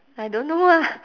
I don't know ah